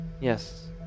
Yes